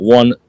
one